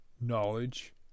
knowledge